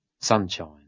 sunshine